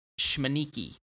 Shmaniki